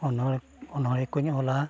ᱚᱱᱚᱲ ᱚᱱᱚᱲᱦᱮ ᱠᱚᱧ ᱚᱞᱟ